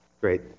Great